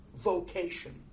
vocation